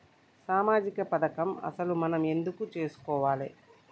సామాజిక పథకం అసలు మనం ఎందుకు చేస్కోవాలే?